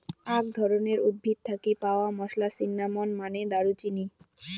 আক ধরণের উদ্ভিদ থাকি পাওয়া মশলা, সিন্নামন মানে দারুচিনি